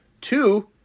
two